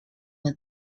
was